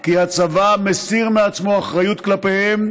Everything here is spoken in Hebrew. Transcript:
כי הצבא מסיר מעצמו אחריות כלפיהם,